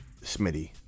Smitty